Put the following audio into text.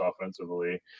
offensively